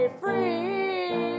free